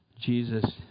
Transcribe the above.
Jesus